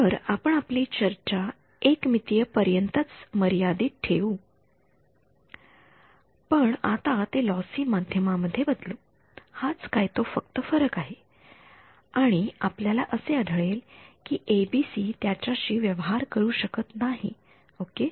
तर आपण आपली चर्चा एक मितीय पुरतीच मर्यादित ठेऊ पण आता ते लॉसी माध्यमा मध्ये बदलू हाच काय तो फक्त फरक आहे आणि आपल्याला असे आढळेल कि एबीसी त्याच्या शी व्यवहार करू शकत नाही ओके